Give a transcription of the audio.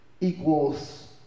equals